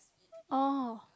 oh